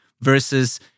versus